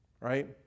right